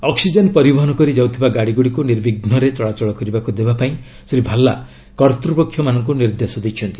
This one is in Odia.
ଅକ୍ସିଜେନ୍ ପରିବହନ କରି ଯାଉଥିବା ଗାଡ଼ିଗୁଡ଼ିକୁ ନିର୍ବିଘ୍ନରେ ଚଳାଚଳ କରିବାକୁ ଦେବା ପାଇଁ ଶ୍ରୀ ଭାଲ୍ଲା କର୍ତ୍ତୃପକ୍ଷମାନଙ୍କୁ ନିର୍ଦ୍ଦେଶ ଦେଇଛନ୍ତି